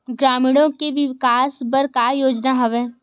ग्रामीणों के विकास बर का योजना हवय?